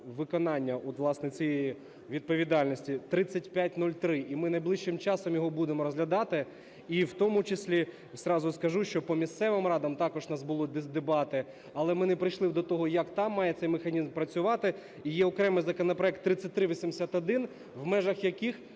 власне, цієї відповідальності – 3503, і ми найближчим часом його будемо розглядати, і в тому числі зразу скажу, що по місцевим радам також в нас були дебати, але ми не прийшли до того, як там має цей механізм працювати, і є окремий законопроект 3381, в межах, яких